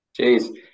Jeez